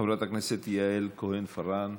חברת הכנסת יעל כהן-פארן,